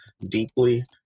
deeply